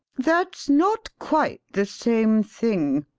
that's not quite the same thing.